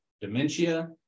dementia